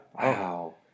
Wow